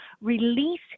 release